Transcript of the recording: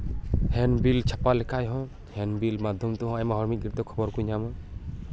handbill ᱪᱷᱟᱯᱟ ᱞᱮᱠᱷᱟᱱ ᱦᱚᱸ ᱦᱮᱱᱰᱵᱤᱞ ᱢᱟᱫᱽᱫᱷᱚᱢ ᱛᱮᱦᱚᱸ ᱟᱭᱢᱟ ᱦᱚᱲ ᱢᱤᱫ ᱜᱷᱟᱹᱲᱤᱡᱛᱮ ᱠᱷᱚᱵᱚᱨ ᱠᱚ ᱧᱟᱢᱟ